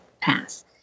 pass